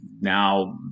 now